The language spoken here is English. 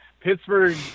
Pittsburgh